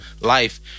life